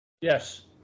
Yes